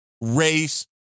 race